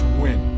win